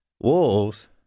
wolves